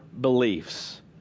beliefs